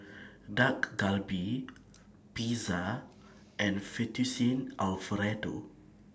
Dak Galbi Pizza and Fettuccine Alfredo